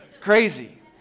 Crazy